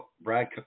Brad –